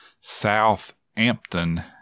Southampton